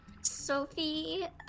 Sophie